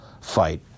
fight